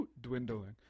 dwindling